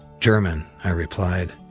german, i replied,